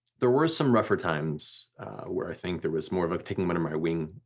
there were some rougher times where i think there was more of a take him under my wing,